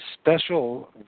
special